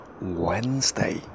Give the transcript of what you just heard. wednesday